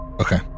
Okay